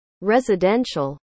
residential